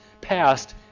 passed